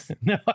No